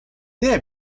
nie